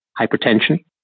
hypertension